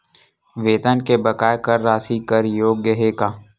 वेतन के बकाया कर राशि कर योग्य हे का?